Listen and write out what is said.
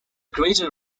greater